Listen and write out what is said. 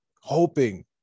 hoping